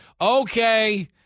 Okay